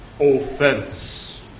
offense